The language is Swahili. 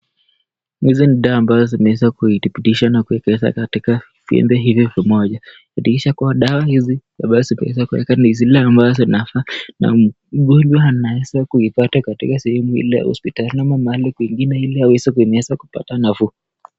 Hizi ni dawa ambazo zimeweza kuidhibitisha na kuiekeza katika pembe hili pamoja, kuakikisha dawa hizi ambazo zimewekwa ni zile ambazo zinafaa. Mgonjwa anaweza kuipata katika sehemu ile ya hospitali ama mahali ingine ili aweze kuimeza kupata nafuu.